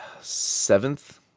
seventh